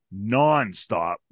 nonstop